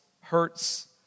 hurts